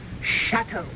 chateau